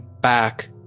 back